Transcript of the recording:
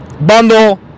bundle